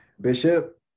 bishop